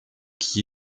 qui